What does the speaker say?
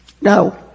No